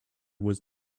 was